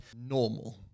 normal